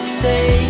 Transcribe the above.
say